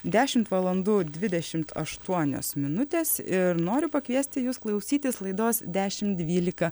dešimt valandų dvidešimt aštuonios minutės ir noriu pakviesti jus klausytis laidos dešim dvylika